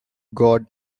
god